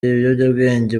ibiyobyabwenge